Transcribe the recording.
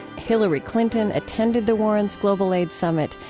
hilary clinton attended the warrens' global aid summit,